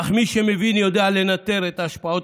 אך מי שמבין יודע לנטר את ההשפעות